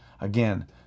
Again